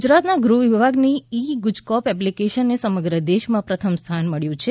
ગુજરાતના ગુહવિભાગની ઇ ગુજકોપ એપ્લીકેશનને સમગ્રે દેશમાં પ્રથમ સ્થાન મેળવ્યું છે